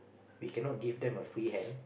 we cannot give them a free hand